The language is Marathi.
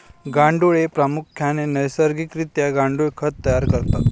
गांडुळे प्रामुख्याने नैसर्गिक रित्या गांडुळ खत तयार करतात